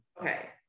Okay